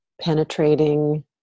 penetrating